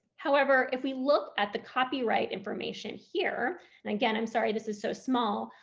however if we look at the copyright information here, and again i'm sorry this is so small,